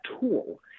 tool